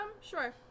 Sure